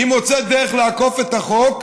היא מוצאת דרך לעקוף את החוק.